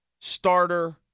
Starter